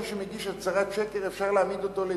מי שמגיש הצהרת שקר, אפשר להעמיד אותו לדין.